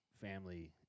family